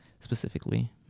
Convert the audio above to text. specifically